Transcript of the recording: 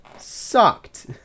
Sucked